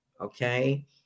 Okay